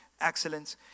excellence